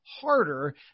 harder